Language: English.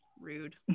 Rude